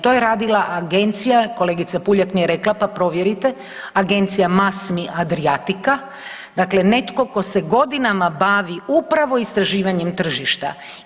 To je radila agencija, kolegica Puljak mi rekla pa provjerite, agencija Masmi Adriatica, dakle netko tko se godinama bavi upravo istraživanjem tržišta.